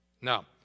Now